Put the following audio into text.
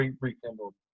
Rekindled